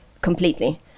completely